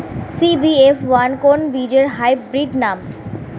CBF one কোন বীজের hybrid নাম?